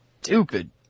stupid